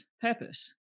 purpose